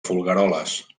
folgueroles